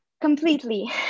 completely